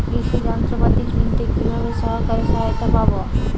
কৃষি যন্ত্রপাতি কিনতে কিভাবে সরকারী সহায়তা পাব?